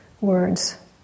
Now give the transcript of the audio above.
words